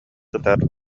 сытар